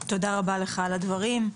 תודה רבה לך על הדברים.